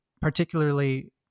particularly